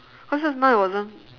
cause just now it wasn't